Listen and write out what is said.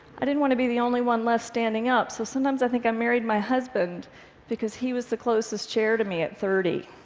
i didn't want to be the only one left standing up, so sometimes i think i married my husband because he was the closest chair to me at thirty.